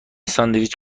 ساندویچ